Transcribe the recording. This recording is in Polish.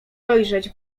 dojrzeć